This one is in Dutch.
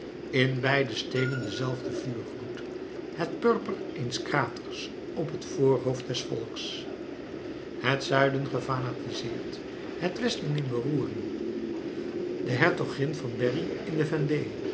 in beide steden dezelfde vuurgloed het purper eens kraters op het voorhoofd des volks het zuiden gefanatiseerd het westen in beroering de hertogin van berry in de